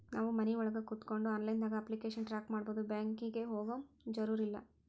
ನಾವು ಮನಿಒಳಗ ಕೋತ್ಕೊಂಡು ಆನ್ಲೈದಾಗ ಅಪ್ಲಿಕೆಶನ್ ಟ್ರಾಕ್ ಮಾಡ್ಬೊದು ಬ್ಯಾಂಕಿಗೆ ಹೋಗೊ ಜರುರತಿಲ್ಲಾ